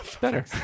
Better